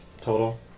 total